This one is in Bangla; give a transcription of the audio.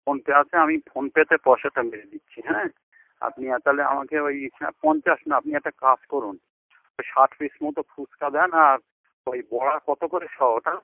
ফোনপে আছে আমি ফোন পেতে পয়সাটা মেরে দিচ্ছি হ্যাঁ আপনি তালে আমাকে ওই পঞ্চাশ না আপনি একটা কাজ করুন ওই ষাট পিস মতো ফুচকা দেন আর ওই বড়া কতো করে শ ওটা